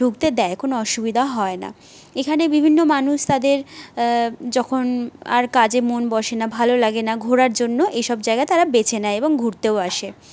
ঢুকতে দেয় কোনও অসুবিধা হয় না এখানে বিভিন্ন মানুষ তাদের যখন আর কাজে মন বসে না ভালো লাগে না ঘোরার জন্য এসব জায়গা তারা বেছে নেয় এবং ঘুরতেও আসে